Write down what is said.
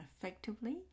effectively